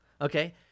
Okay